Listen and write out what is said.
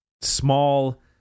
small